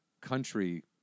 country